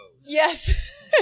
Yes